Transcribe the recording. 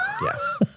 Yes